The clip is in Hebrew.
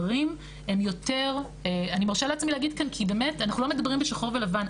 אני מרשה לעצמי להגיד כאן כי באמת אנחנו לא מדברים בשחור ולבן,